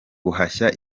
guhashya